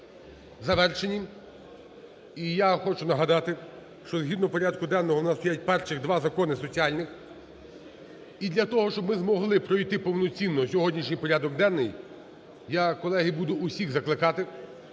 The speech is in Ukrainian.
завершені. І я хочу нагадати, що згідно порядку денного у нас стоять перших два закони соціальних. І для того, щоб ми змогли пройти повноцінно сьогоднішній порядок денний, я, колеги, буду усіх закликати